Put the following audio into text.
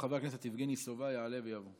חבר הכנסת יבגני סובה, יעלה ויבוא.